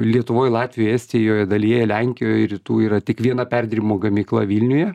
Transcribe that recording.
lietuvoj latvijoj estijoj dalyje lenkijoj ir rytų yra tik viena perdirimo gamykla vilniuje